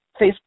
Facebook